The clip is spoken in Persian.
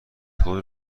خود